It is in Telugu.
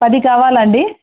పది కావాలండి